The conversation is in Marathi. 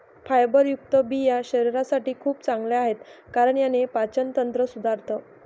फायबरयुक्त बिया शरीरासाठी खूप चांगल्या आहे, कारण याने पाचन तंत्र सुधारतं